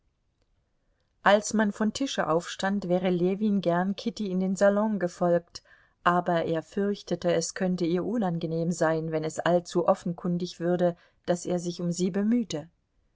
als man von tische aufstand wäre ljewin gern kitty in den salon gefolgt aber er fürchtete es könnte ihr unangenehm sein wenn es allzu offenkundig würde daß er sich um sie bemühte